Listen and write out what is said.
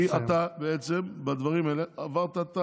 כי אתה בעצם בדברים האלה עברת את